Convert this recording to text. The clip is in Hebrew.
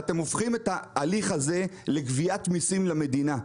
ואתם הופכים את ההליך הזה לגביית מיסים למדינה.